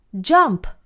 jump